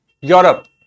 Europe